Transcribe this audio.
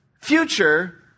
future